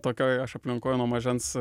tokioj aš aplinkoj nuo mažens